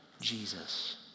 Jesus